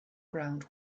ground